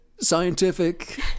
Scientific